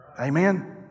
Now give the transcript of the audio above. amen